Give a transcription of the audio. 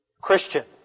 Christian